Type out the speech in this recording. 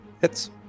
Hits